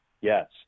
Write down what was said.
Yes